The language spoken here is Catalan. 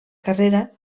carrera